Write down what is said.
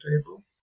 table